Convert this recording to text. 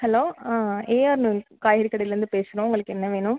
hollow AR நில் காய்கறி கடையிலேருந்து பேசுகிறோம் உங்களுக்கு என்ன வேணும்